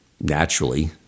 naturally